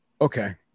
okay